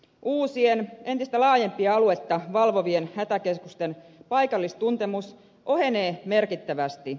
uusien entistä laajempaa aluetta valvovien hätäkeskusten paikallistuntemus ohenee merkittävästi